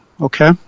Okay